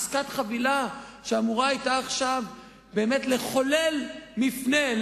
עסקת חבילה שאמורה היתה עכשיו באמת לחולל מפנה,